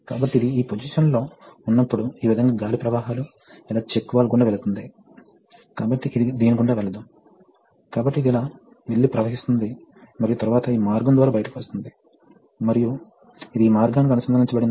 కాబట్టి ఇది ఈ పొసిషన్ లో ఉంది సిలిండర్ H విస్తరించడం అంటే అది ఈ చెక్ వాల్వ్ ద్వారా ప్రవహిస్తుంది ఓపెన్ డైరెక్షన్ క్యాప్ ఎండ్ లోకి ప్రవహిస్తుంది దీని ద్వారా బయటకు ప్రవహిస్తుంది మరియు తిరిగి వస్తుంది